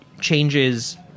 changes